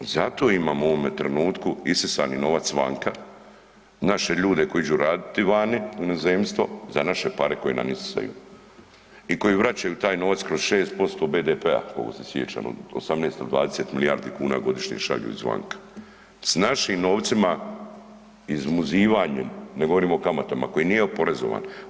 Zato imamo u ovome trenutku isisani novac vanka, naše ljude koji iđu raditi vani u inozemstvo za naše pare koje nam isisaju i koji vraćaju taj novac kroz 6% BDP-a koliko se sjećam 18 ili 20 milijardi kuna godišnje šalju izvanka s našim novcima izmuzivanjem, ne govorim o kamatama koji nije oporezovan.